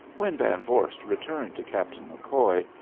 when van vorst returned to captain mccoy,